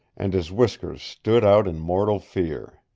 and his whiskers stood out in mortal fear.